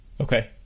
Okay